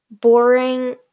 Boring